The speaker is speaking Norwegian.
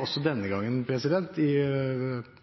også denne gang i